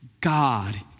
God